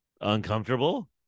uncomfortable